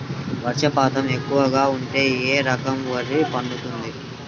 వర్షపాతం ఎక్కువగా ఉంటే ఏ రకం వరి పండుతుంది?